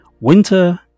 winter